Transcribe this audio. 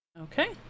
okay